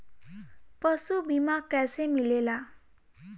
पशु बीमा कैसे मिलेला?